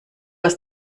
aus